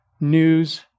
news